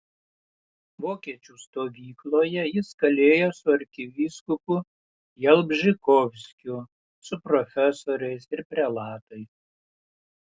vokiečių stovykloje jis kalėjo su arkivyskupu jalbžykovskiu su profesoriais ir prelatais